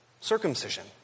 circumcision